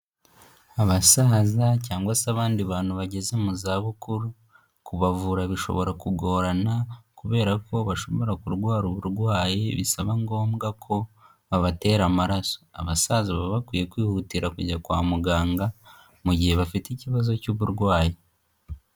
Abasaza cyangwa se abandi bantu bageze mu zabukuru, kubavura bishobora kugorana kubera ko bashobora kurwara uburwayi bisaba ngombwa ko babatera amaraso. Abasaza baba bakwiye kwihutira kujya kwa muganga mu gihe bafite ikibazo cy'uburwayi.